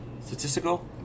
Statistical